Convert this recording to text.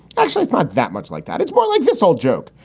actually, it's not that much like that. it's more like this old joke.